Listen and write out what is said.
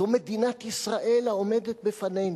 זו מדינת ישראל העומדת בפנינו,